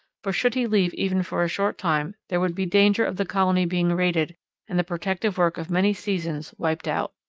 for should he leave even for a short time there would be danger of the colony being raided and the protective work of many seasons wiped out.